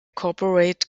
corporate